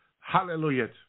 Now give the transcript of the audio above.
Hallelujah